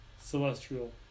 Celestial